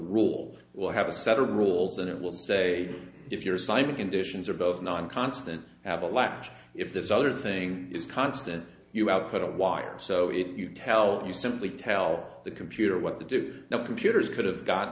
rule will have a set of rules and it will say if your sign conditions are both non constant have a latch if this other thing is constant you output a wire so if you tell you simply tell the computer what to do now computers could have gotten